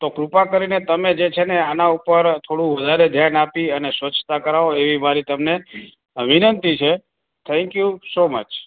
તો કૃપા કરીને તમે જે છેને આના ઉપર થોડું વધારે ધ્યાન આપી અને સ્વચ્છતા કરાવો એવી મારી તમને વિનંતી છે થેંક્યુ સો મચ